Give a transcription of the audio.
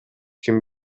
ким